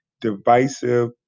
divisive